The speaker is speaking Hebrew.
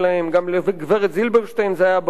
גם לגברת זילברשטיין זה היה ברור.